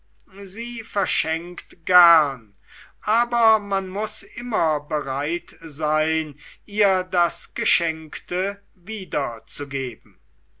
sie verschenkt gern aber man muß immer bereit sein ihr das geschenkte wiederzugeben